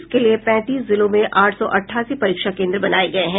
इसके लिये पैंतीस जिलों में आठ सौ अठासी परीक्षा केन्द्र बनाये गये हैं